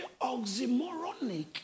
oxymoronic